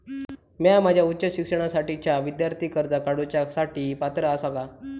म्या माझ्या उच्च शिक्षणासाठीच्या विद्यार्थी कर्जा काडुच्या साठी पात्र आसा का?